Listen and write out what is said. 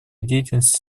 деятельности